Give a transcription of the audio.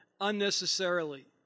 unnecessarily